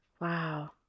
Wow